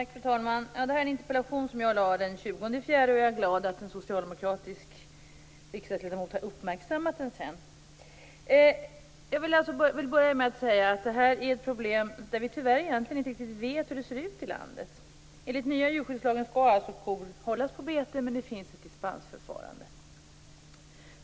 Fru talman! Detta är en interpellation som jag ställde den 20 april, och jag är glad över att en socialdemokratisk riksdagsledamot har uppmärksammat den. Jag vill börja med att säga att detta är ett problem som handlar om att vi inte riktigt vet hur det ser ut i landet. Enligt nya djurskyddslagen skall kor hållas på bete, men det finns ett dispensförfarande.